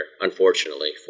unfortunately